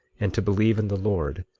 and to believe in the lord,